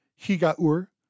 Higa-Ur